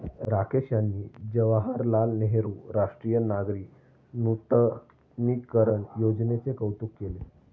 राकेश यांनी जवाहरलाल नेहरू राष्ट्रीय नागरी नूतनीकरण योजनेचे कौतुक केले